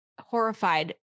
horrified